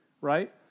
right